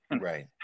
Right